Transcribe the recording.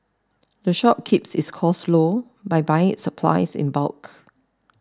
the shop keeps its costs low by buying its supplies in bulk